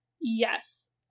Yes